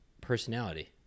personality